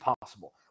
possible